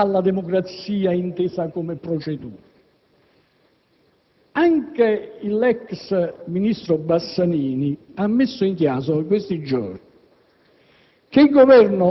e ritiene che la democrazia non debba ispirarsi al rispetto di determinate procedure.